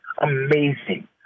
amazing